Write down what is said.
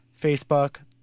Facebook